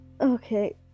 Okay